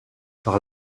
par